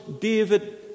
David